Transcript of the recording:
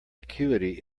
acuity